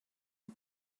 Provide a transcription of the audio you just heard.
you